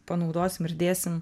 panaudosim ir dėsim